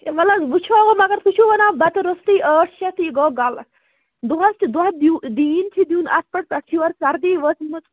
وَل حظ وٕچھو وٕ مگر تُہۍ چھُ وَنان بَتہٕ رۄستُے ٲٹھ شیٚتھ یہِ گوٚو غلط دۄہَس چھِ دۄہ دیٖن چھِ دیُن اَتھ پٮ۪ٹھ پٮ۪ٹھ چھِ یورٕ سردی وٲژمٕژ